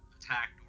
attacked